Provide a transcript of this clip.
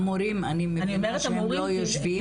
אמורים, זאת אומרת שהם לא יושבים.